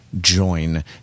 join